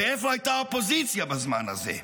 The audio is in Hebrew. ואיפה הייתה האופוזיציה בזמן הזה?